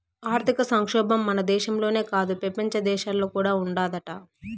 ఆర్థిక సంక్షోబం మన దేశంలోనే కాదు, పెపంచ దేశాల్లో కూడా ఉండాదట